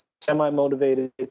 semi-motivated